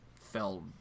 fell